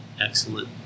excellent